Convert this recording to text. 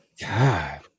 God